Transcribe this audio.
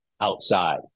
outside